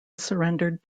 surrendered